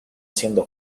siendo